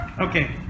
okay